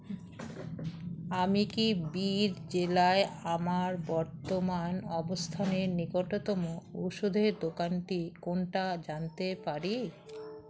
আমি কি বীর জেলায় আমার বর্তমান অবস্থানের নিকটতম ওষুধের দোকানটি কোনটা জানতে পারি